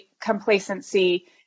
complacency